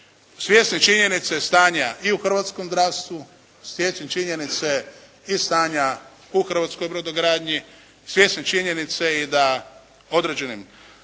Svjesni činjenice stanja i u hrvatskom zdravstvu, svjesni činjenice i stanja u hrvatskoj brodogradnji, svjesni činjenice i da određenim